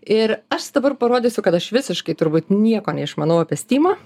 ir aš dabar parodysiu kad aš visiškai turbūt nieko neišmanau apie stymą